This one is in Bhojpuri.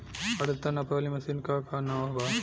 आद्रता नापे वाली मशीन क का नाव बा?